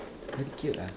very cute ah